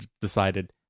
decided